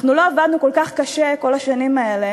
אנחנו לא עבדנו כל כך קשה כל השנים האלה